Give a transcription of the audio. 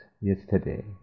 yesterday